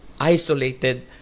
isolated